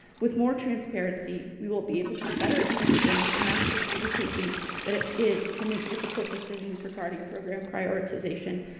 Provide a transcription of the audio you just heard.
with more transparency, we will be able to better understand the massive undertaking that it is to make difficult decisions regarding program prioritization,